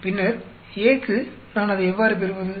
பின்னர் A க்கு நான் அதை எவ்வாறு பெறுவது